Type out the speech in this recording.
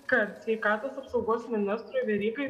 kad sveikatos apsaugos ministrui verygai